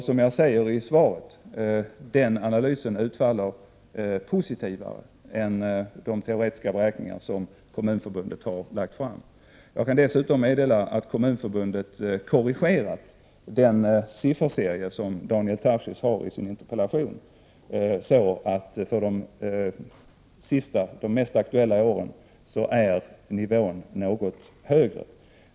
Som jag sade i svaret utfaller den analysen mer positivt än de teoretiska beräkningar Kommunförbundet har lagt fram. Jag kan dessutom meddela att Kommunförbundet har korrigerat den sifferserie som Daniel Tarschys har i sin interpellation, så att nivån för de senaste, mest aktuella åren är något högre.